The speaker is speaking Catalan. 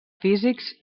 físics